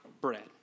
bread